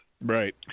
Right